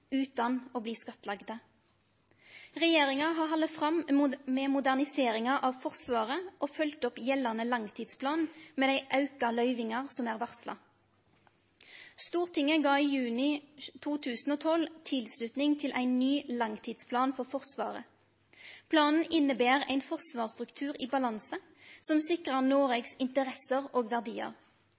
utan å bli skattlagde. Regjeringa har halde fram med moderniseringa av Forsvaret og følgt opp gjeldande langtidsplan med dei auka løyvingar som var varsla. Stortinget gav i juni 2012 tilslutning til ein ny langtidsplan for Forsvaret. Planen inneber ein forsvarsstruktur i balanse, som sikrar Noregs interesser og verdiar.